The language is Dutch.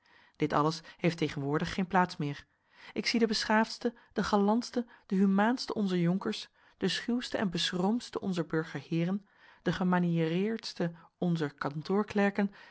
dit alles heeft tegenwoordig geen plaats meer ik zie de beschaafdste de galantste de humaanste onzer jonkers de schuwste en beschroomdste onzer burgerheeren de gemaniëreerdste onzer